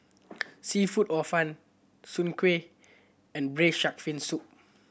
seafood or fun Soon Kueh and Braised Shark Fin Soup